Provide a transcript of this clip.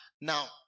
Now